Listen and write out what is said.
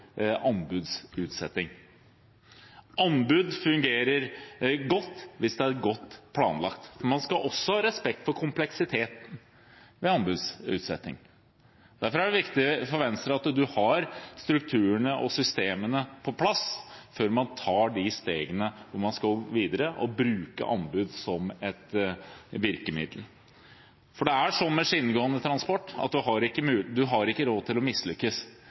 anbudsutsetting. Anbud fungerer godt hvis de er godt planlagt. Man skal også ha respekt for kompleksiteten med anbudsutsetting. Derfor er det viktig for Venstre at man har strukturene og systemene på plass før man tar stegene, jobber videre og bruker anbud som et virkemiddel. For det er sånn med skinnegående transport at man har ikke råd til å mislykkes.